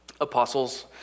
apostles